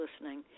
listening